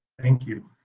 thank you.